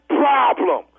problem